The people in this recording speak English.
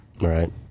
right